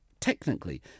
technically